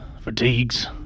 fatigues